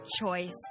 choice